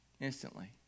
instantly